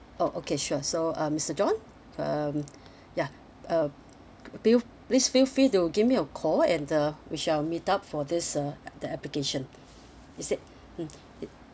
oh okay sure so um mister john um ya uh feel please feel free to give me a call and uh which I'll meet up for this uh the application is it mmhmm